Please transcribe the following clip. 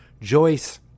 Joyce